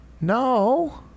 No